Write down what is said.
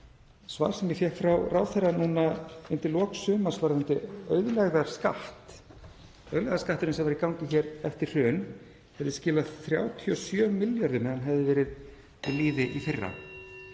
svar sem ég fékk frá ráðherra núna undir lok sumars varðandi auðlegðarskatt. Auðlegðarskatturinn sem var í gangi hér eftir hrun hefði skilað 37 milljörðum ef hann hefði verið við lýði í fyrra.